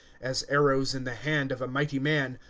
as arrows in the hand of a mighty man,